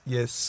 Yes